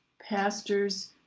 pastors